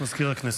מזכיר הכנסת.